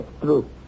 true